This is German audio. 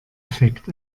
effekt